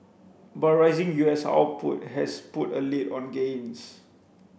but rising U S output has put a lid on gains